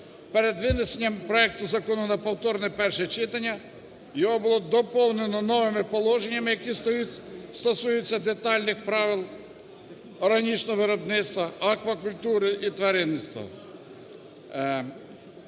Перед винесенням проекту закону на повторне перше читання його було доповнено нормами і положеннями, які стосуються детальних правил органічного виробництва, аквакультури і тваринництва.